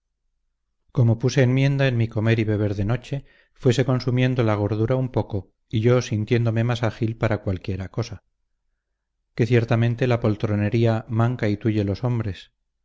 como puse enmienda en mi comer y beber de noche fuese consumiendo la gordura un poco y yo sintiéndome más ágil para cualquiera cosa que ciertamente la poltronería manca y tulle los hombres